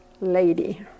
lady